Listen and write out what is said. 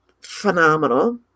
phenomenal